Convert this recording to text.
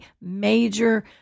major